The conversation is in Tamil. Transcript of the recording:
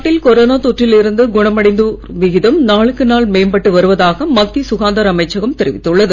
நாட்டில் கொரோனா தொற்றில் இருந்து குணமடைவோர் விகிதம் நாளுக்கு நாள் மேம்பட்டு வருவதாக மத்திய சுகாதார அமைச்சகம் தெரிவித்துள்ளது